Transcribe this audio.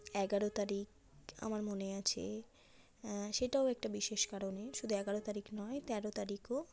এগারো তারিখ আমার মনে আছে সেটাও একটা বিশেষ কারণে শুধু এগারো তারিখ নয় তেরো তারিখ ও